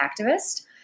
activist